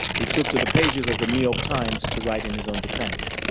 he took to the pages of the new york times to write in his own defense.